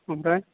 आमफ्राय